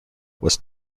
was